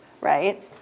right